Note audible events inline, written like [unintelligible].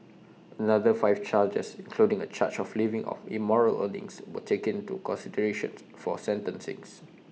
another five charges including A charge of living off immoral earnings were taken into consideration [unintelligible] for sentencings